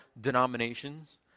denominations